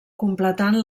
completant